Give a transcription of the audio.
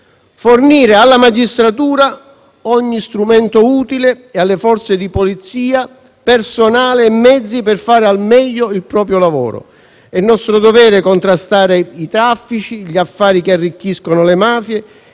fornire alla magistratura ogni strumento utile e alle forze di polizia personale e mezzi per fare al meglio il proprio lavoro. È nostro dovere contrastare i traffici, gli affari che arricchiscono le mafie,